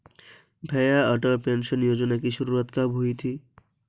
भैया अटल पेंशन योजना की शुरुआत कब हुई थी?